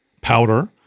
powder